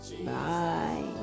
bye